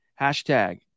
hashtag